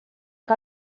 que